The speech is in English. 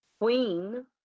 Queen